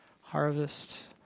Harvest